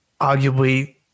arguably